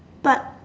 but